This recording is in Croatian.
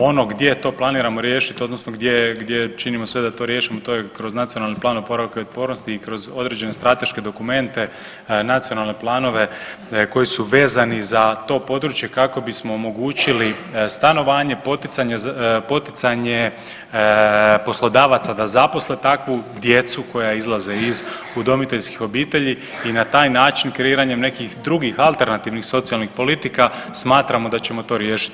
Ono gdje to planiramo riješiti odnosno gdje činimo sve da to riješimo, to je kroz Nacionalni plan oporavka i otpornosti i kroz određene strateški dokumente, nacionalne planove koji su vezani za to područje, kako bi smo omogućili stanovanje, poticanje poslodavaca da zaposle takvu djecu koja izlaze iz udomiteljskih obitelji i na taj način kreiranjem nekih drugih alternativnih socijalnih politika, smatramo da ćemo to riješiti.